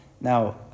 Now